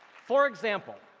for example,